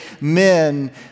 men